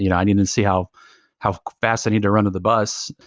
you know i need to to see how how fast i need to run to the bus.